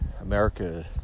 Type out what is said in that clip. America